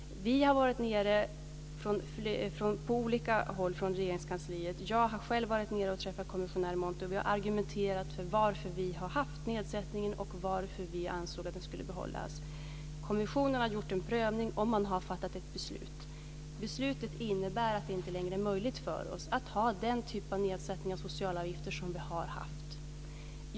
Vi har varit nere från olika håll inom Regeringskansliet. Jag har själv varit nere och träffat kommissionären Monti. Vi har argumenterat för varför vi har haft nedsättningen och varför vi ansåg att den skulle behållas. Kommissionen har gjort en prövning och fattat ett beslut. Detta beslut innebär att det inte längre är möjligt för oss att ha den typ av nedsättning av socialavgifter som vi har haft tidigare.